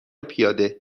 پیاده